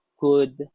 good